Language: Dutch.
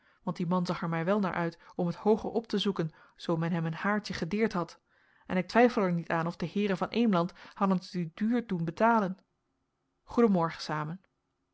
want die man zag er mij wel naar uit om het hooger op te zoeken zoo men hem een haartje gedeerd had en ik twijfel er niet aan of de heeren van eemland hadden het u duur doen betalen goeden morgen samen